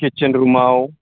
kitchen रुमाव